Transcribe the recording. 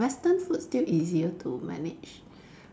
Western food still easier to manage